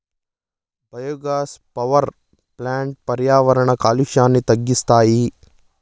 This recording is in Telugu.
బయోగ్యాస్ పవర్ ప్లాంట్లు పర్యావరణ కాలుష్యాన్ని తగ్గిస్తాయి